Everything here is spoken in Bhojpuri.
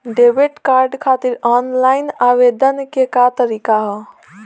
डेबिट कार्ड खातिर आन लाइन आवेदन के का तरीकि ह?